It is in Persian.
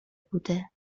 بوده